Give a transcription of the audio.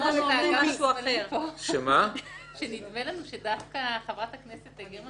נדמה לנו שדווקא חברת הכנסת גרמן,